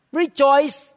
rejoice